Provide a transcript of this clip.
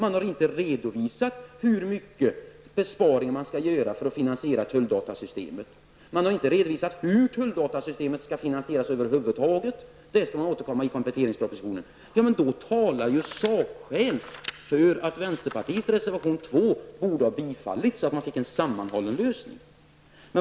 Man har inte redovisat hur stora besparingar man skall göra för att finansiera tulldatasystemet. Man har inte redovisat hur tulldatasystemet skall finansieras över huvud taget. Det skall man återkomma till i kompletteringspropositionen. Men då talar ju sakskäl för att vänsterpartiets reservation 2 borde ha bifallits, så att det blev en sammanhållen lösning.